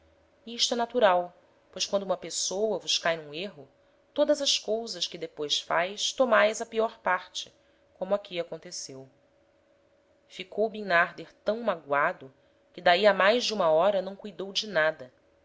isto é natural pois quando uma pessoa vos cae n'um erro todas as cousas que depois faz tomais á pior parte como aqui aconteceu ficou bimnarder tam maguado que d'ahi a mais de uma hora não cuidou de nada